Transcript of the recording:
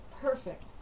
perfect